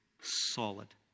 solid